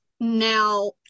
now